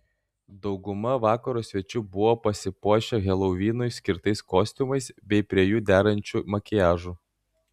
dauguma vakaro svečių buvo pasipuošę helovinui skirtais kostiumais bei prie jų derančiu makiažu